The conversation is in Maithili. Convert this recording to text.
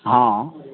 हँ